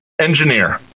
Engineer